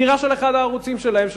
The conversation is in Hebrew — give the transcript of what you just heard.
של אחד הערוצים שלהם,